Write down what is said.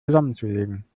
zusammenzulegen